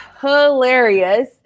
hilarious